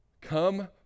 Come